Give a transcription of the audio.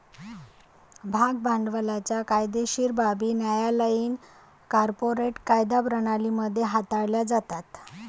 भाग भांडवलाच्या कायदेशीर बाबी न्यायालयीन कॉर्पोरेट कायदा प्रणाली मध्ये हाताळल्या जातात